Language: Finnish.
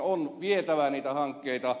on vietävä niitä hankkeita